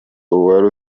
uwari